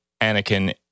Anakin